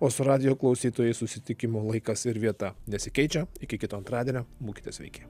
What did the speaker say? o su radijo klausytojais susitikimo laikas ir vieta nesikeičia iki kito antradienio būkite sveiki